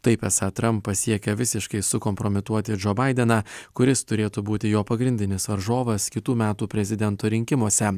tai esą trampas siekia visiškai sukompromituoti džo baideną kuris turėtų būti jo pagrindinis varžovas kitų metų prezidento rinkimuose